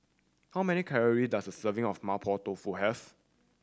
how many calorie does a serving of Mapo Tofu have